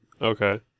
Okay